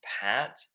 Pat